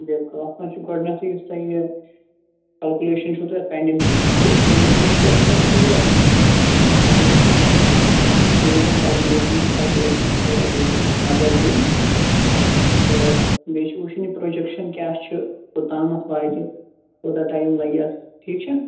بِلکُل اتھ منٛز چھُ گۅڈٕنیٚتھے یُس تۅہہِ یہِ کلکوٗلیشَن چھُو تۅہہِ اتھ پینٛڈِینٛگ تھٲومٕژ ٹھیٖک پرٛوجیکٹ چھُو تۅہہِ کوٚرمُت یہِ کِلِیر مَگر وۅنۍ چھُ اِشوٗ روٗدمُت کَلکوٗلیشنس منٛز کَلکوٗلیشَن چھِ تھوڑا بیٚیہِ نَظر دِنۍ تہٕ بیٚیہِ چھُ وُچھان یہِ پرٛوجیکشَن کیٛاہ چھُ کوٗتام واتہِ کوٗتاہ ٹایِم لَگہِ اتھ ٹھیٖک چھا